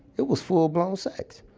it was full-blown sex.